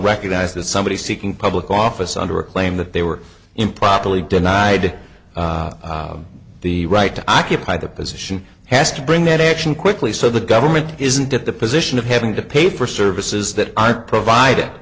recognized that somebody seeking public office under a claim that they were improperly denied the right to occupy the position has to bring that action quickly so the government isn't at the position of having to pay for services that i provide